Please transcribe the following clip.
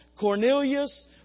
Cornelius